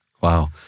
Wow